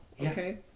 okay